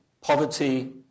poverty